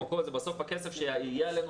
בסוף הכסף שיהיה עלינו,